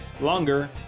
longer